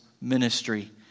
ministry